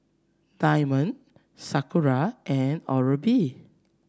Diamond Sakura and Oral B